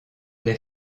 des